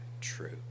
true